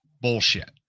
bullshit